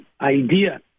idea